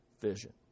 vision